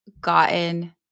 gotten